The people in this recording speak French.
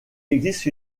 existe